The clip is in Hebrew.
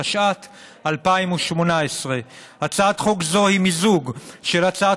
התשע"ט 2018. הצעת חוק זו היא מיזוג של הצעת